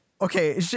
okay